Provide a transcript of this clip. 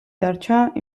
დარჩა